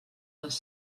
les